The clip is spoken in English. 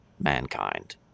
mankind